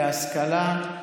להשכלה,